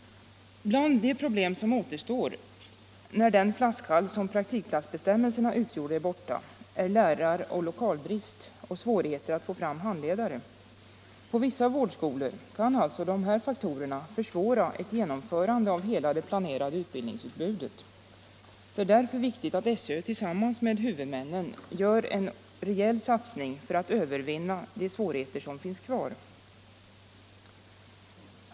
Bland de problem som återstår — när den flaskhals som praktikplatsbestämmelserna utgjorde är borta — är lärar och lokalbrist och svårigheter att få fram handledare. På vissa vårdskolor kan alltså dessa faktorer försvåra ett genomförande av hela det planerade utbildningsutbudet. Det är därför viktigt att SÖ tillsammans med huvudmännen gör cen rejäl satsning för att övervinna de svårigheter som finns kvar.